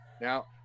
Now